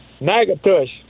nagatush